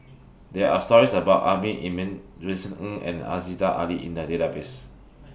There Are stories about Amrin Amin Vincent Ng and Aziza Ali in The Database